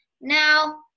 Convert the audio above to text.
Now